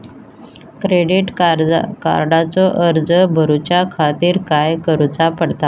Credit कार्डचो अर्ज करुच्या खातीर काय करूचा पडता?